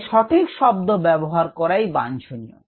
তাই সঠিক শব্দ ব্যাবহার করাই বাঞ্ছলীয়